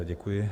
Děkuji.